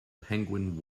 penguin